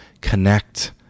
connect